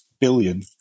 billion